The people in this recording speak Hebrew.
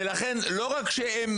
ולכן לא רק שהם